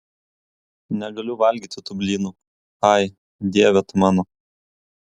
negaliu valgyti tų blynų ai dieve tu mano